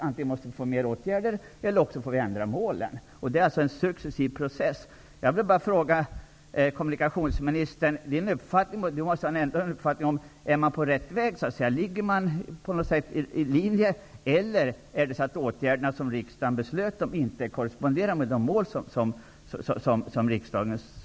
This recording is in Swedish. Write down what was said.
Då krävs antingen fler åtgärder eller också får vi ändra på målen. Detta är en successiv process. Kommunikationsministern måste väl ändå ha en uppfattning om ifall man är på rätt väg eller om de åtgärder som riksdagen beslöt inte korresponderar med de mål som lades fast.